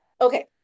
Okay